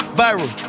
viral